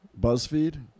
Buzzfeed